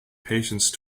patience